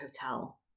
hotel